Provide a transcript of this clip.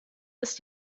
ist